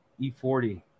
E40